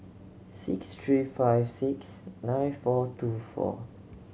six three five six nine four two four